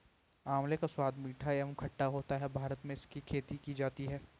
आंवले का स्वाद मीठा एवं खट्टा होता है भारत में इसकी खेती की जाती है